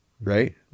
right